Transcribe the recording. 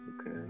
Okay